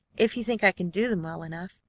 if you think i can do them well enough.